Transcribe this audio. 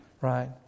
right